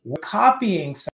copying